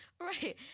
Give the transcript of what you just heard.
right